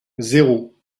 zéro